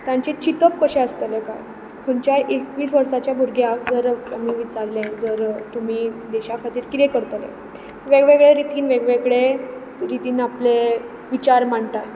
तांचें चिंतप कशें आसतलें काय खंयच्याय एकवीस वर्साच्या भुरग्याक जर आमी विचारलें जर तुमी देशा खातीर कितें करतले वेग वेगळे रितीन वेग वेगळे रितीन आपले विचार मांडटात